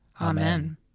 Amen